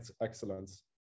excellence